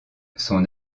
son